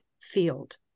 field